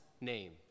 name